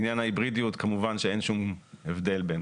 לעניין ההיברידיות, כמובן שאין שום הבדל בין